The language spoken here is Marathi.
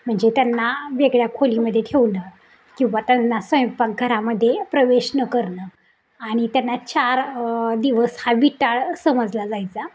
म्हणजे त्यांना वेगळ्या खोलीमध्ये ठेवणं किंवा त्यांना स्वयंपाकघरामध्ये प्रवेश न करणं आणि त्यांना चार दिवस हा विटाळ समजला जायचा